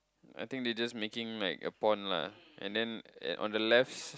I think they just making like a pond lah and then on the left